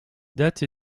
date